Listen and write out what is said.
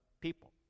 people